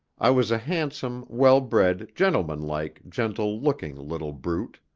i was a handsome, well-bred, gentlemanlike, gentle-looking little brute.